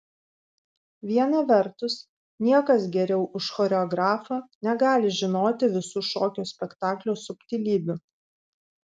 viena vertus niekas geriau už choreografą negali žinoti visų šokio spektaklio subtilybių